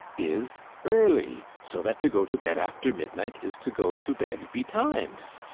is early so that to go to bed after midnight is to go to bed betimes.